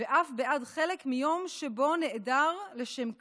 ואף בעד חלק מיום שבו נעדר לשם כך,